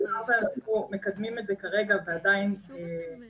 מאחר ואנחנו מקדמים את זה כרגע ועדיין אין